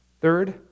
Third